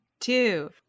two